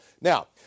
Now